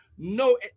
No